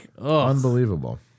Unbelievable